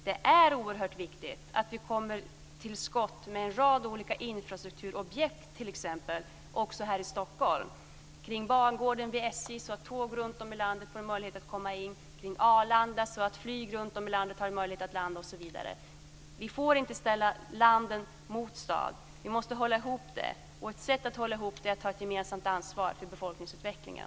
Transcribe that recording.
Det är t.ex. oerhört viktigt att komma till skott med en rad olika infrastrukturobjekt också här i Stockholm. Det gäller SJ:s bangård, så att tåg runtom i landet har möjlighet att komma in, och Arlanda, så att flyg runtom i landet har möjlighet att landa där osv. Vi får inte ställa landsorten mot staden. Vi måste hålla ihop det. Ett sätt att hålla ihop det är att ta ett gemensamt ansvar för befolkningsutvecklingen.